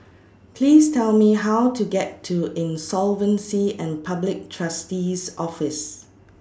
Please Tell Me How to get to Insolvency and Public Trustee's Office